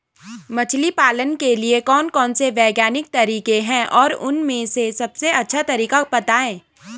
मछली पालन के लिए कौन कौन से वैज्ञानिक तरीके हैं और उन में से सबसे अच्छा तरीका बतायें?